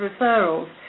referrals